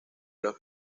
los